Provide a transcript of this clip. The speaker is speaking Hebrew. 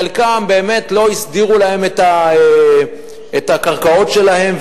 חלקם לא הסדירו להם את הקרקעות שלהם,